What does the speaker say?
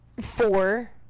four